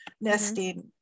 nesting